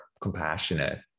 compassionate